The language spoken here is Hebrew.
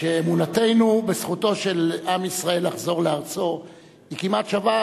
שאמונתנו בזכותו של עם ישראל לחזור לארצו היא כמעט שווה,